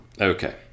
Okay